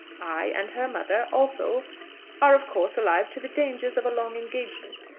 i and her mother also are of course alive to the dangers of a long engagement,